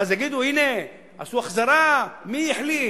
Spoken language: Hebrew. ואז יגידו: הנה, עשו החזרה, מי החליט?